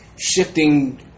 shifting